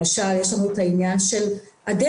למשל, יש לנו את העניין של הדרך,